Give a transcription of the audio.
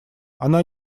она